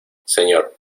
señor